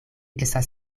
estas